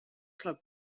cup